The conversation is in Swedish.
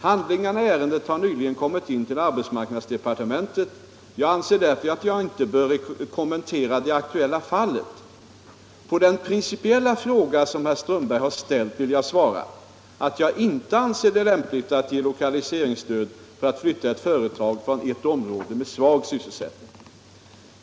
Handlingarna i ärendet har nyligen kommit in till arbetsmarknadsdepartementet. Jag anser därför att jag inte bör kommentera det aktuella fallet. På den principiella fråga som herr Strömberg har ställt vill jag svara att jag inte anser det lämpligt att ge lokaliseringsstöd för att flytta ett företag från ett område med svag sysselsättning.